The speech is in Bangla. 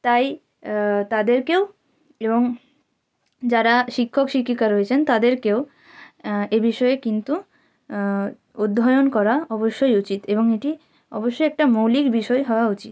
তাই তাদেরকেও এবং যারা শিক্ষক শিক্ষিকা রয়েছেন তাদেরকেও এ বিষয়ে কিন্তু অধ্যয়ন করা অবশ্যই উচিত এবং এটি অবশ্যই একটা মৌলিক বিষয় হওয়া উচিত